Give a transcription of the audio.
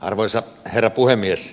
arvoisa herra puhemies